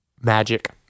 Magic